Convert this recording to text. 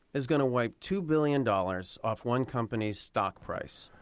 is going to wipe two billion dollars off one company's stock price.